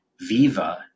Viva